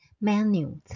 Menu